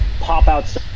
pop-out